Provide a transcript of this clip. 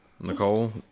Nicole